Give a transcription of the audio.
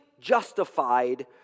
justified